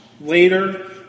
Later